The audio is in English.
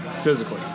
physically